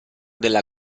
della